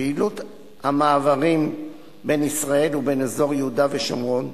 פעילות המעברים בין ישראל לבין אזור יהודה ושומרון,